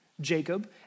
Jacob